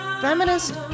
feminist